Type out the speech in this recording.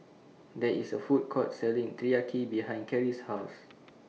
There IS A Food Court Selling Teriyaki behind Kerrie's House